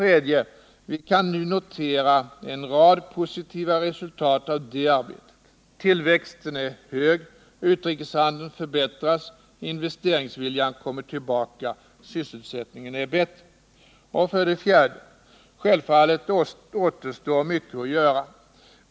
Vi kan nu notera en rad positiva resultat av det arbetet. Tillväxten är hög, utrikeshandeln förbättras, investeringsviljan kommer tillbaka, sysselsättningen är bättre. 4. Men självfallet återstår mycket att göra.